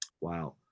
Wow